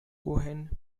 cohen